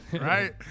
right